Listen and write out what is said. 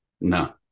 No